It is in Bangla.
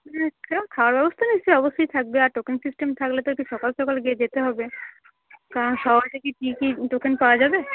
হুম সে ও খাওয়ার ব্যবস্থা নিশ্চয়ই অবশ্যই থাকবে আর টোকেন সিস্টেম থাকলে তো একটু সকাল সকাল গিয়ে যেতে হবে কারণ সকাল থেকে কি কি টোকেন পাওয়া যাবে